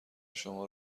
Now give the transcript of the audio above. شما